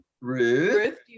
Ruth